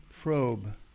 probe